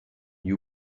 you